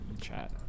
chat